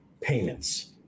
payments